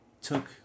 took